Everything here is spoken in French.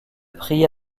prix